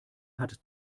hat